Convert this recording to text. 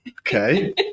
Okay